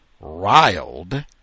riled